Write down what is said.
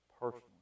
personally